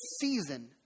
season